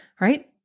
right